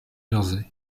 jersey